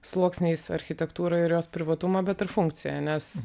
sluoksniais architektūrą ir jos privatumą bet ir funkciją nes